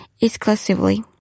exclusively